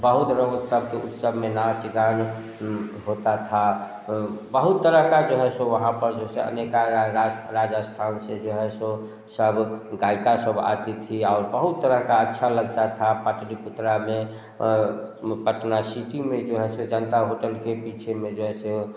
बहुत बहुत सब कुछ सब में नाच गाए में होता था बहुत तरह का जो है सो वहाँ जैसे अनेक गाय राजस्थान से जो है सो सब गायिका सब आती थीं और बहुत तरह का अच्छा लगता था पाटलीपुत्र में पटना सिटी में जो है सो जनता होटल के पीछे में जो सो